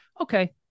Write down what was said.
Okay